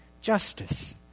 justice